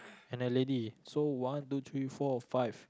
and a lady so one two three four five